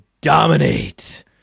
dominate